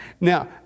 Now